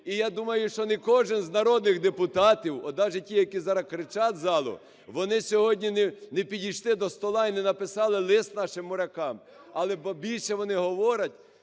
І, я думаю, що не кожен з народних депутатів, навіть ті, які зараз кричать з залу, вони сьогодні не підійшли до столу і не написали лист нашим морякам, але більше вони говорять,